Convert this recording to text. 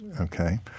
Okay